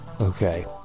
okay